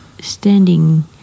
Standing